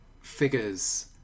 figures